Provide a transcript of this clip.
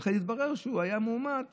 ואחרי זה מתברר שהוא היה מאומת,